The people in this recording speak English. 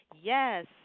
Yes